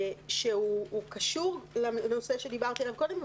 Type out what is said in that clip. שהוא קשור לנושא שדיברתי עליו קודם,